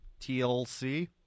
TLC